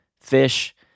Fish